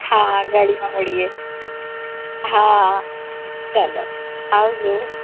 હા ગાડીમાં મળીએ હા ચાલો આવજો